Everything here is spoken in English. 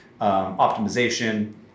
optimization